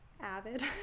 Avid